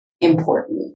important